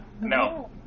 No